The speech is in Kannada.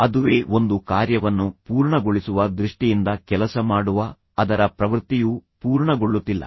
ಅದುವೇ ಒಂದು ಕಾರ್ಯವನ್ನು ಪೂರ್ಣಗೊಳಿಸುವ ದೃಷ್ಟಿಯಿಂದ ಕೆಲಸ ಮಾಡುವ ಅದರ ಪ್ರವೃತ್ತಿಯು ಪೂರ್ಣಗೊಳ್ಳುತ್ತಿಲ್ಲ